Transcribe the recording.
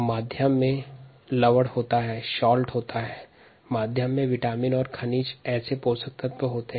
माध्यम में लवण विटामिन और खनिज जैसे सूक्ष्म पोषक पदार्थ होते हैं